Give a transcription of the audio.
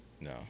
No